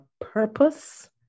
purpose